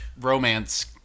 romance